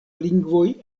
lingvoj